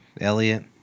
Elliott